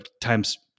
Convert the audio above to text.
times